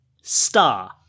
star